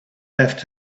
left